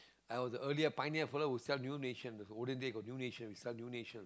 I was the earlier pioneer fella who sell new nation olden days got new nation we sell new nation